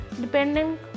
depending